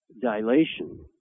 dilation